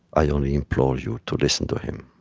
i only implore you to listen to him